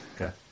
Okay